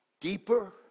deeper